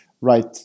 right